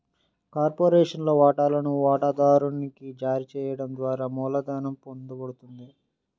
కార్పొరేషన్లోని వాటాలను వాటాదారునికి జారీ చేయడం ద్వారా మూలధనం పొందబడుతుంది